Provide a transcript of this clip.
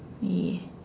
ya